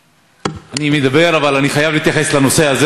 אני מדבר, אבל אני חייב להתייחס לנושא הזה.